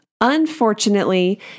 Unfortunately